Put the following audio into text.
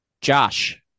Josh